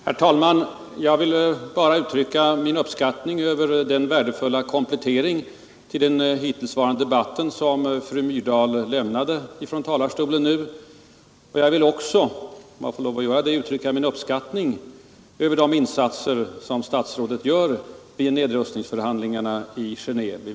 Herr talman! Jag vill bara uttrycka min tacksamhet för den värdefulla komplettering till den hittillsvarande debatten som fru Myrdal lämnade från talarstolen, Jag vill också uttrycka min uppskattning av de insatser som statsrådet gör vid nedrustningsförhandlingarna i Gentve.